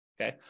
okay